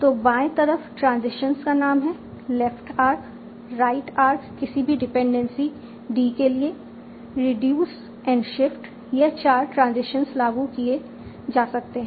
तो बाएं तरफ ट्रांजिशंस के नाम है लेफ्ट आर्क राइट आर्क किसी भी डिपेंडेंसी डी के लिए रिड्यूस एंड शिफ्ट यह चार ट्रांजिशंस लागू किए जा सकते हैं